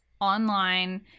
online